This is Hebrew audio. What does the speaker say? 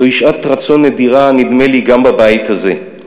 זוהי שעת רצון נדירה, נדמה לי, גם בבית הזה.